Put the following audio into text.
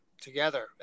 together